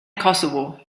kosovo